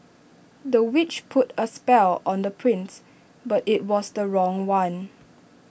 the witch put A spell on the prince but IT was the wrong one